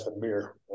beer